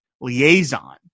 liaison